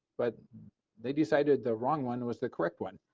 but they decided the wrong one was the correct one.